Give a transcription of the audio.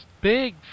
big